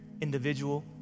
individual